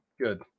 good